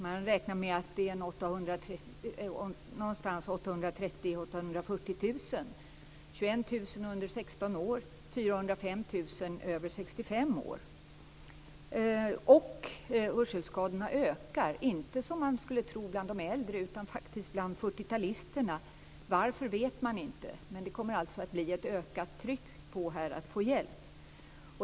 Man räknar med att de är 830 000-840 000. 21 000 är under 16 år och 405 000 över 65 år. Hörselskadorna ökar, inte som man skulle tro bland de äldre utan faktiskt bland 40-talisterna. Varför vet man inte. Men det kommer alltså att bli ett ökat tryck på hjälp.